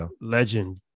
Legend